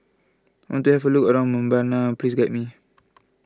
I want to for look around Mbabana please guide me